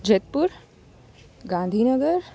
Jetpur Gandhinagar